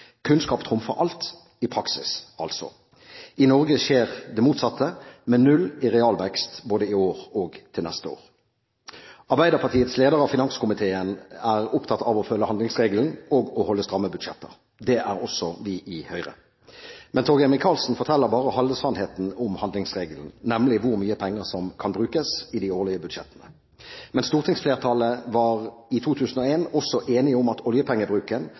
kunnskap for fremtidig vekst og velferd i mange land rundt oss – «kunnskap trumfer alt», i praksis altså. I Norge skjer det motsatte, med null i realvekst både i år og til neste år. Finanskomiteens leder, fra Arbeiderpartiet, er opptatt av å følge handlingsregelen og holde stramme budsjetter. Det er også vi i Høyre. Men Torgeir Micaelsen forteller bare halve sannheten om handlingsregelen, nemlig hvor mye penger som kan brukes i de årlige budsjettene. Men stortingsflertallet var i 2001 også enig om